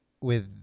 with-